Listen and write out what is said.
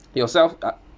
yourself uh